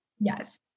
Yes